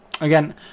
again